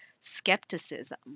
skepticism